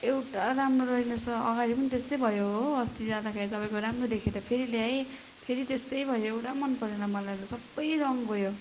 एउटा राम्रो रहेनछ अगाडि पनि त्यस्तै भयो हो अस्ति जाँदाखेरि तपाईँको राम्रो देखेको थिएँ फेरि ल्याएँ फेरि त्यस्तै भयो एउटा मनपरेन मलाई त सबै रङ गयो